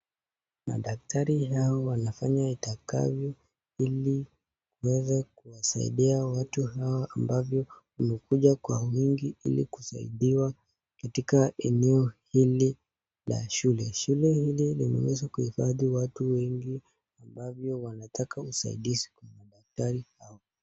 Madaktari hawa wanafanya itakavyo ili kuweza kuwasaidia watu hawa ambavyo wamekuja kwa wingi ili kusaidiwa katika eneo hili la shule. Shule hili limeweza kuhifadhi watu wengi ambavyo wanataka usaidizi kwa madaktari hawa.